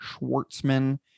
Schwartzman